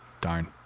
Darn